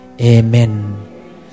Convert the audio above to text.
amen